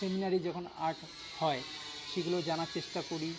scenery যখন art হয় সেগুলো জানার চেষ্টা করি